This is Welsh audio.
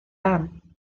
mam